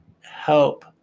help